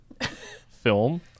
film